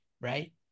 right